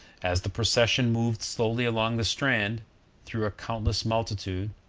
as the procession moved slowly along the strand through a countless multitude,